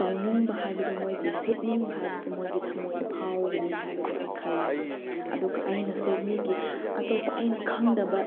ꯇꯧꯅꯤꯡꯕ ꯍꯥꯏꯕꯗꯣ ꯃꯣꯏꯒꯤ ꯁꯦꯠꯅꯤꯡꯕ ꯍꯥꯏꯕꯗꯣ ꯃꯣꯏꯒꯤ ꯊꯃꯣꯏꯗ ꯐꯥꯎꯒꯅꯤ ꯍꯥꯏꯕꯗꯣ ꯑꯩ ꯈꯜꯂꯦ ꯑꯗꯨꯒ ꯑꯩꯅꯁꯨ ꯃꯤꯒꯤ ꯑꯇꯣꯞꯄ ꯑꯩꯅ ꯈꯪꯗꯕ